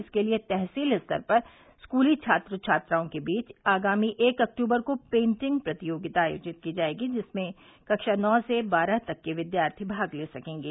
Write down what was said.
इसके लिए तहसील स्तर पर स्कूली छात्र छात्राओं के बीच आगामी एक अक्टूबर को पेंटिंग प्रतियोगिता आयोजित की जायेगी जिसमें कक्षा नौ से बारह तक के विद्यार्थी भाग ले सकेंगे